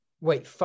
wait